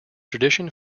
tradition